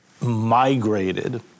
migrated